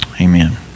amen